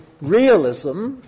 realism